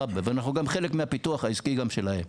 אנחנו גם חלק מסכנין ומעראבה ואנחנו גם חלק מהפיתוח העסקי גם שלהם.